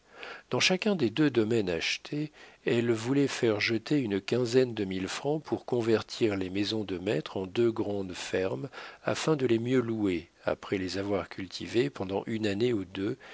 dans chacun des deux domaines achetés elle voulait faire jeter une quinzaine de mille francs pour convertir les maisons de maître en deux grandes fermes afin de les mieux louer après les avoir cultivées pendant une année ou deux